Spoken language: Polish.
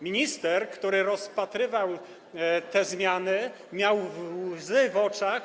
Minister, który rozpatrywał te zmiany, miał łzy w oczach.